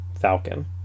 Falcon